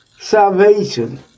salvation